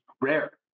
rare